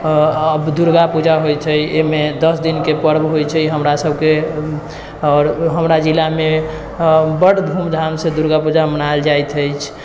दुर्गा पूजा होइ छै ओहिमे दस दिनके पर्व होइ छै हमरा सबके आओर हमरा जिला मे बड धूम धाम से दुर्गा पूजा मनायल जाइत अछि